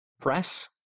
Press